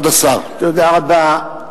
כבוד השר, בבקשה.